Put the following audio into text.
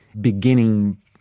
beginning